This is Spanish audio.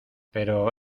pero